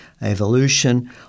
evolution